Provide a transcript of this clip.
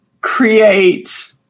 create